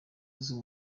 azwi